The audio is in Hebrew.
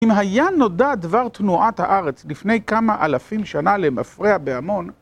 אם היה נודע דבר תנועת הארץ לפני כמה אלפים שנה למפרע בהמון,